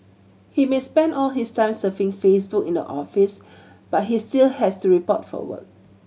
he may spend all his time surfing Facebook to in the office but he still has to report for work